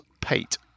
pate